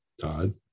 Todd